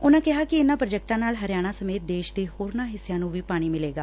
ਉਨੂਾ ਕਿਹਾ ਕਿ ਇਨੂਾ ਪੂਜੈਕਟਾ ਨਾਲ ਹਰਿਆਣਾ ਸਮੇਤ ਦੇਸ਼ ਦੇ ਹੋਰਨਾਂ ਹਿਸਿਆਂ ਨੂੰ ਵੀ ਪਾਣੀ ਮਿਲੇਗਾ